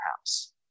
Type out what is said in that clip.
house